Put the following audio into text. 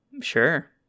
Sure